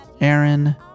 aaron